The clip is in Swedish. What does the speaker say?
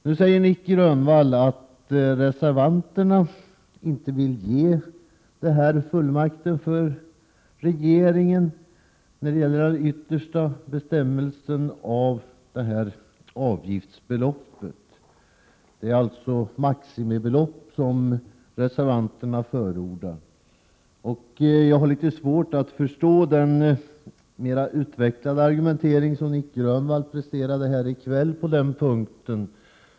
Nic Grönvall säger nu att reservanterna inte vill ge regeringen den yttersta bestämmanderätten över avgiftsbeloppen. Reservanterna förordar alltså ett maximibelopp. Jag har litet svårt att förstå den mera utvecklade argumentering som Nic Grönvall presterade i kväll på den punkten.